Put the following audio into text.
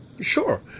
Sure